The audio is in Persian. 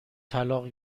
طلاق